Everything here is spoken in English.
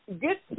get